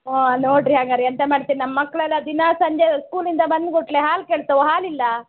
ಹ್ಞೂ ನೋಡಿರಿ ಹಂಗಾರೆ ಎಂತ ಮಾಡ್ತೀರಿ ನಮ್ಮ ಮಕ್ಕಳೆಲ್ಲ ದಿನಾ ಸಂಜೆ ಸ್ಕೂಲಿಂದ ಬಂದ ಕೂಡ್ಲೇ ಹಾಲು ಕೇಳ್ತಾವೆ ಹಾಲಿಲ್ಲ